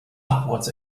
upwards